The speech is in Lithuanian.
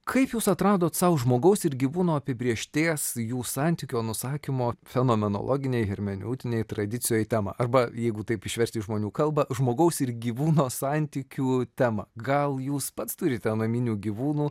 kaip jūs atradot sau žmogaus ir gyvūno apibrėžties jų santykio nusakymo fenomenologinei hermeneutinei tradicijoj temą arba jeigu taip išversti į žmonių kalbą žmogaus ir gyvūno santykių temą gal jūs pats turite naminių gyvūnų